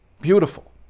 Beautiful